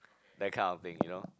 that kind of thing you know